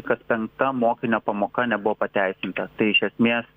kas penkta mokinio pamoka nebuvo pateisinta tai iš esmės